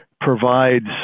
provides